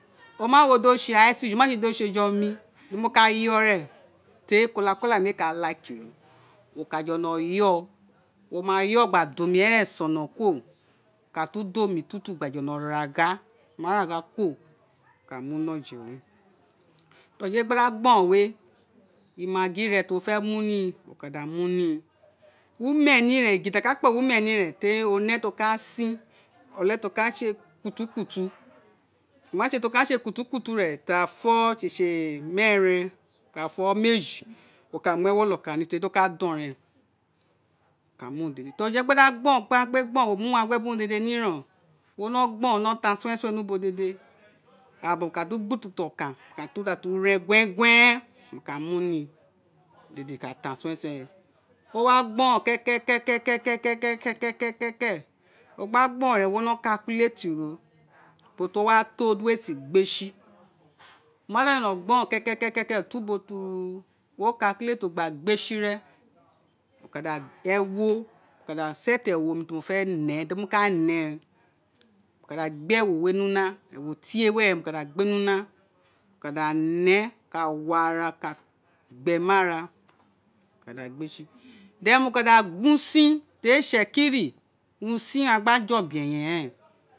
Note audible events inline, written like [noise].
Oma wu uwo di o se ke fish di o se eja omi wo ka yoro kula kula mee ka like ro wo ka jolo yoo wo ma yoo gba do mi eren so nu kuro wo ka gba omi tuntun gba jolo wo ma ra gua kuro wo ka mu ni oje we oje we gba da gborou maggi re ti wo fe mu ni wo ka da mu ni umeni ren urun ti aka kpe lirneni ran o ne ti ka tin ore to ka se [unintelligible] ren tia fo sisi meeren wo ka fo meeji wo ka mu ewo loka ni feri oka don ran ti o gba gba da gborou mo mu uweague biri urun dede ni ren o no gbo ron gbe ta [unintelligible] dede ira bobo wo ka du gbu kwa okan wo wa datu re guen guen wo ka mu ni imo no ka ta [unintelligible] o i ka gborou keke ke ke ke ke ke ke ke gba gbo rou ahwo no calculate ro ubo ti owa to di we si agbe si oma da jolo gbo rou kekeke ke ke ke ke ke oto ubo ti wo calculate ro gba gbe si ren wo ka da set ewo ti hit ghe fe ne de mi ka ne wo ka da gbe ewo we ni una ewo tie were mo ka da gbe ni una wo ka da ni o ka wo ara oka gbe ni ara wo ka da gbe si ino ka da gu6usin teri itsekiri usin owun agba je obe eyen